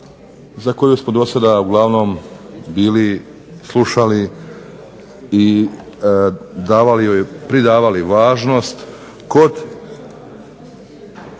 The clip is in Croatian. za koju smo do sada uglavnom bili slušali i davali joj, pridavali važnost kod